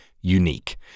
unique